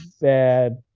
bad